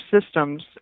systems